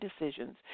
decisions